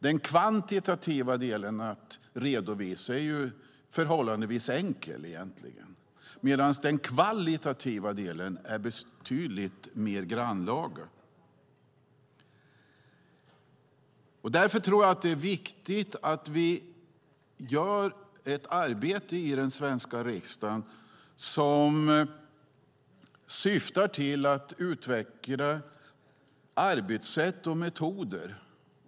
Att redovisa den kvantitativa delen är förhållandevis enkelt medan den kvalitativa delen är betydligt mer grannlaga. Därför tror jag att det är viktigt att vi i den svenska riksdagen gör ett arbete som syftar till att utveckla arbetssätt och metoder.